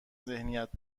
ذهنیت